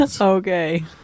Okay